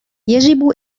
يجب